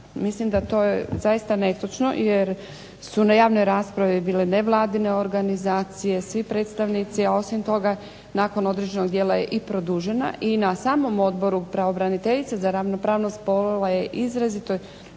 mislim da to je zaista netočno jer su na javnoj raspravi bile nevladine organizacije, svi predstavnici, a osim toga nakon određenog dijela je i produžena i na samom odboru pravobraniteljica za ravnopravnost spolova je izrazito